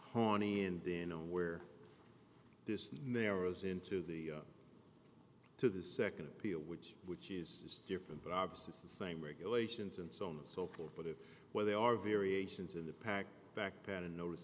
horny and then where this narrows into the to the nd appeal which which is different but obvious it's the same regulations and so on and so forth but it where they are variations in the pack back pat and notice